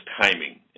timing